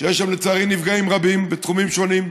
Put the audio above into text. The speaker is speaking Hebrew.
שיש שם לצערי נפגעים רבים בתחומים שונים,